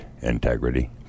integrity